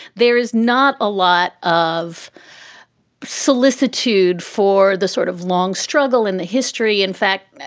there is not a lot of solicitude for the sort of long struggle in the history. in fact,